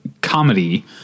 comedy